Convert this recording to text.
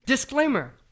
Disclaimer